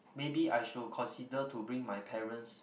maybe I should consider to bring my parents